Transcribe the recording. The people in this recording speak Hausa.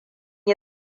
yi